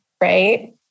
right